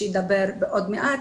שידבר עוד מעט,